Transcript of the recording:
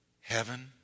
Heaven